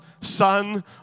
son